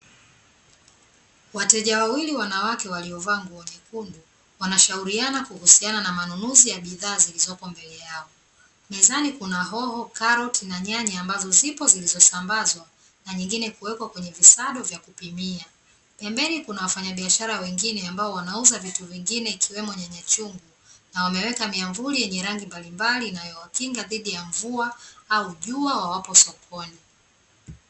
Wateja wawili wanawake waliovaa nguo nyekundu wanashauriana kuhusiana na manunuzi ya bidhaa zilizopo mbele yao. Mezani kuna hoho, karoti, na nyanya, ambazo zipo zilizosambazwa na nyingine kuwekwa kwenye visado vya kupimia. Pembeni kuna wafanyabiashara wengine, ambao wanauza vitu vingine, ikiwemo nyanya chungu; na wameweka miavuli yenye rangi mbalimbali inayowakinga dhidi ya mvua au jua wawapo sokoni.